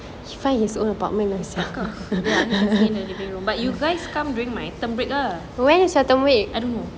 ya he can stay in the living room but you guys come during my term break ah I don't know